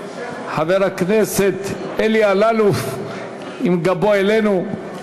חבר הכנסת אלי אלאלוף עם גבו אלינו.